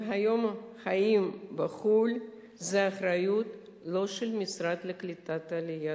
והיום חיים בחו"ל הוא לא באחריות של המשרד לקליטת העלייה.